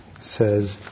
says